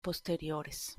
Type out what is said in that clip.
posteriores